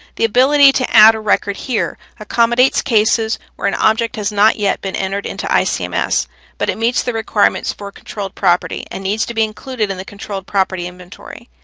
the ability to add a record here accommodates cases where an object has not yet been entered into icms um but it meets the requirements for controlled property and needs to be included in the controlled property inventory.